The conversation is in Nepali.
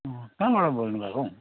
कहाँबाट बोल्नुभएको हौ